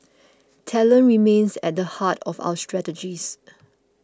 talent remains at the heart of our strategies